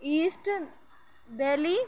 asset Delhi